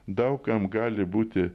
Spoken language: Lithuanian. daug kam gali būti